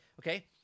okay